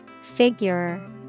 Figure